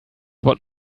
what